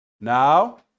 Now